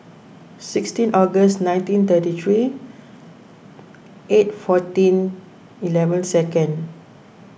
sixteen August nineteen thirty three eight fourteen eleven second